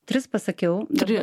tris pasakiau ir